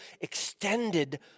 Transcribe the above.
extended